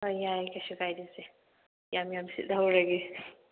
ꯍꯣꯏ ꯌꯥꯏꯌꯦ ꯀꯩꯁꯨ ꯀꯥꯏꯗꯦꯁꯦ ꯌꯥꯝ ꯌꯥꯝ ꯁꯤꯠꯍꯧꯔꯒꯦ